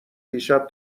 دیشب